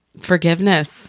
Forgiveness